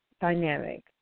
dynamic